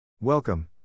Welcome